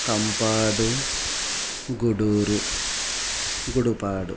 Kampadu Guduru Gudipadu